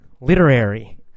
Literary